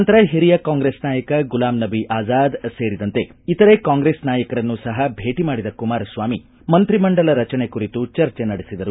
ನಂತರ ಹಿರಿಯ ಕಾಂಗ್ರೆಸ್ ನಾಯಕ ಗುಲಾಂ ನಬಿ ಆಜಾದ್ ಸೇರಿದಂತೆ ಇತರೆ ಕಾಂಗ್ರೆಸ್ ನಾಯಕರನ್ನೂ ಸಹ ಭೇಟಿ ಮಾಡಿದ ಕುಮಾರಸ್ವಾಮಿ ಮಂತ್ರಿಮಂಡಲ ರಚನೆ ಕುರಿತು ಚರ್ಚೆ ನಡೆಸಿದರು